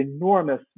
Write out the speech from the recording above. enormous